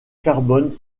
carbone